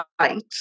right